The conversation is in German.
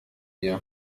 mir